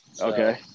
Okay